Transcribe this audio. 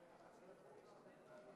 ההצבעה: 33 בעד,